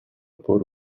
por